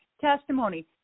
testimony